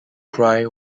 cry